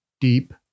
deep